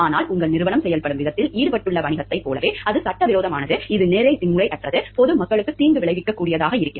ஆனால் உங்கள் நிறுவனம் செயல்படும் விதத்தில் ஈடுபட்டுள்ள வணிகத்தைப் போலவே அது சட்டவிரோதமானது இது நெறிமுறையற்றது பொது மக்களுக்கு தீங்கு விளைவிக்கும்